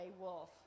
Wolf